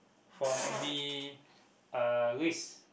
from any uh risk